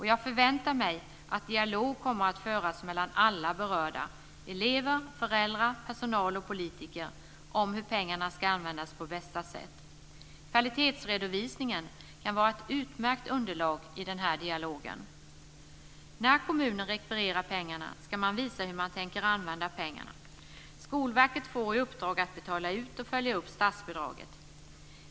Jag förväntar mig att dialog kommer att föras mellan alla berörda - elever, föräldrar, personal och politiker - om hur pengarna ska användas på bästa sätt. Kvalitetsredovisningen kan vara ett utmärkt underlag i den här dialogen. När kommunen rekvirerar pengarna ska man redovisa hur man tänker använda dem. Skolverket får i uppdrag att betala ut och följa upp statsbidraget.